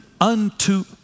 unto